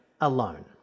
alone